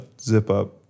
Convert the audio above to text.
zip-up